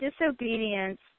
disobedience